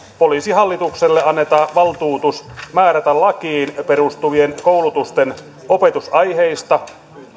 poliisihallitukselle annetaan valtuutus määrätä lakiin perustuvien koulutusten opetusaiheista